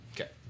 Okay